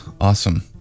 Awesome